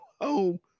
home